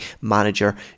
manager